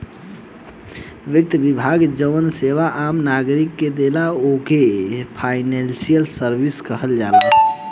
वित्त विभाग जवन सेवा आम नागरिक के देला ओकरा के फाइनेंशियल सर्विस कहल जाला